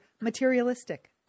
materialistic